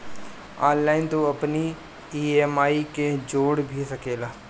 online तू अपनी EMI के जोड़ भी सकेला